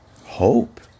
hope